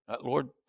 Lord